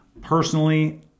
Personally